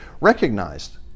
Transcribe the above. recognized